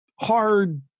hard